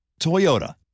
Toyota